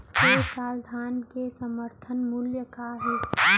ए साल धान के समर्थन मूल्य का हे?